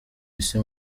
isi